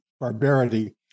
barbarity